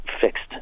fixed